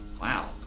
Wow